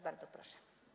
Bardzo proszę.